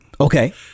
Okay